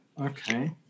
Okay